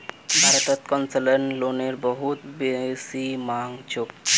भारतत कोन्सेसनल लोनेर बहुत बेसी मांग छोक